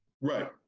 right